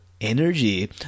energy